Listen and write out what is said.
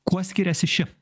kuo skiriasi ši